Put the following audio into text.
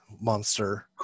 monster